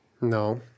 No